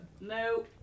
No